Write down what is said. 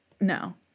No